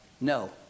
no